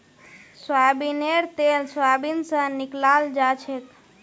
सोयाबीनेर तेल सोयाबीन स निकलाल जाछेक